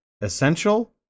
essential